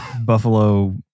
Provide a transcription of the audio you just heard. buffalo